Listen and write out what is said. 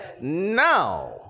Now